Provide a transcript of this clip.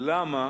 למה